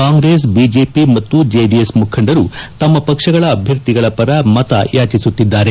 Congress BJP ಮತ್ತು JDS ಮುಖಂಡರು ತಮ್ನ ಪಕ್ಷಗಳ ಅಭ್ಯರ್ಥಿಗಳ ಪರ ಮತ ಯಾಚಿಸುತ್ತಿದ್ದಾರೆ